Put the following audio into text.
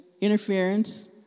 interference